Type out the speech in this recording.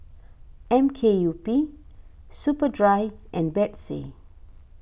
M K U P Superdry and Betsy